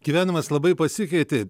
gyvenimas labai pasikeitė